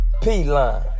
P-Line